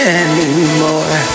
anymore